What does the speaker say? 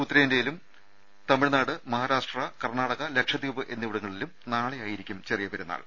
ഉത്തരേന്ത്യയിലും തമിഴ്നാട് മഹാരാഷ്ട്ര കർണാടക ലക്ഷദ്വീപ് എന്നിവിടങ്ങളിൽ നാളെയായിരിക്കും ചെറിയ പെരുന്നാൾ